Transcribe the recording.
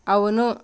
అవును